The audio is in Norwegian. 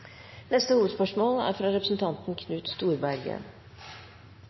neste hovedspørsmål – fra